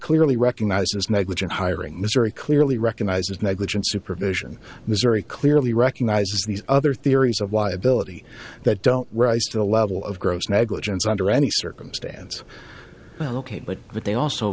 clearly recognizes negligent hiring mystery clearly recognizes negligent supervision missouri clearly recognizes these other theories of liability that don't rise to the level of gross negligence under any circumstance ok but but they also